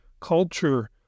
culture